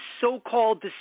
so-called